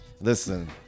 Listen